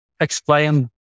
explain